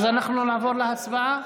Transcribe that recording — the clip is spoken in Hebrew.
אז אנחנו נעבור להצבעה.